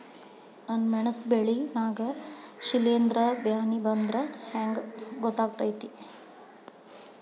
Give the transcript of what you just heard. ನನ್ ಮೆಣಸ್ ಬೆಳಿ ನಾಗ ಶಿಲೇಂಧ್ರ ಬ್ಯಾನಿ ಬಂದ್ರ ಹೆಂಗ್ ಗೋತಾಗ್ತೆತಿ?